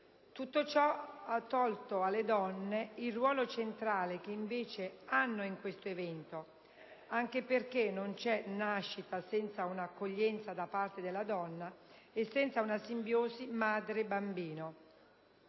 Tutto ciò ha tolto alle donne il ruolo centrale che invece hanno in questo evento, anche perché non c'è nascita senza un'accoglienza da parte della donna e senza una simbiosi madre-bambino.